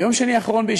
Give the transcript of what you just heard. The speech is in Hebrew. ביום שני האחרון,